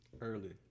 early